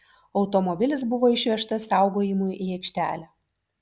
automobilis buvo išvežtas saugojimui į aikštelę